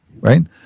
right